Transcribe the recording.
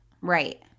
Right